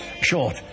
short